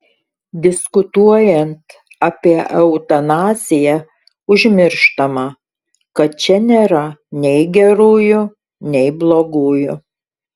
diskutuojant apie eutanaziją užmirštama kad čia nėra nei gerųjų nei blogųjų